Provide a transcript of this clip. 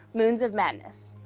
moons of madness.